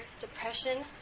depression